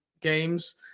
games